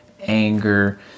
anger